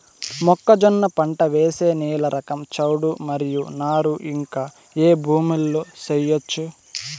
మొక్కజొన్న పంట వేసే నేల రకం చౌడు మరియు నారు ఇంకా ఏ భూముల్లో చేయొచ్చు?